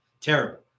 terrible